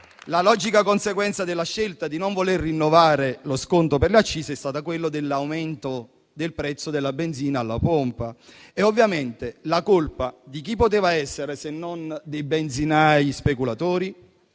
La logica conseguenza della scelta di non voler rinnovare lo sconto per le accise è stata l'aumento del prezzo della benzina alla pompa. Ovviamente, la colpa di chi poteva essere? Dei benzinai speculatori,